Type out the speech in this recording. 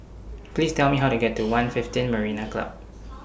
Please Tell Me How to get to one fifteen Marina Club